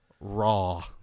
Raw